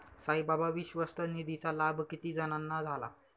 साईबाबा विश्वस्त निधीचा लाभ किती जणांना झाला?